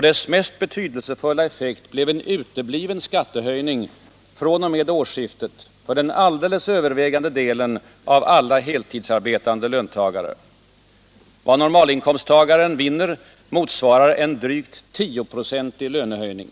Dess mest betydelsefulla effekt blev en utebliven skattehöjning fr.o.m. årsskiftet för den alldeles övervägande delen av alla heltidsarbetande löntagare. Vad normalinkomsttagaren vinner motsvarar en drygt tioprocentig lönehöjning.